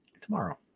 tomorrow